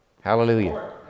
Hallelujah